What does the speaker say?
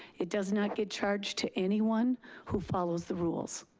it does not get charged to anyone who follows the rules.